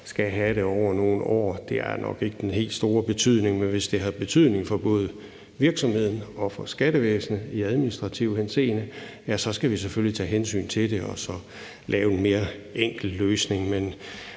skal have det over nogle år, har nok ikke den helt store betydning. Men hvis det har betydning for både virksomheden og for skattevæsenet i administrativ henseende, skal vi selvfølgelig tage hensyn til det og så lave en mere enkel løsning.